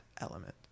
element